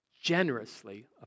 generously